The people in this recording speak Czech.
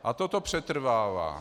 A toto přetrvává.